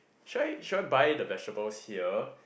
should I should I buy the vegetables here